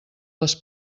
les